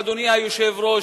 אדוני היושב-ראש,